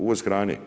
Uvoz hrane.